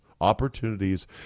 opportunities